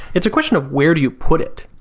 it's a question of where do you put it?